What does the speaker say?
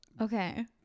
Okay